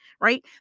right